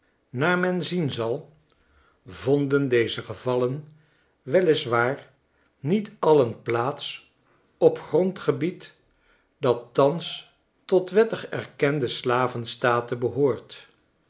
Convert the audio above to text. naar men zien zal vonden deze gevallen wel is waar niet alien plaats op grondgebied dat thans tot wettig erkende slavenstaten behoort